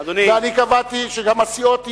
ואני קבעתי שגם הסיעות יהיו,